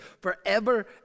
forever